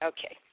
Okay